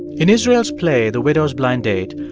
in israel's play, the widow's blind date,